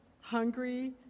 hungry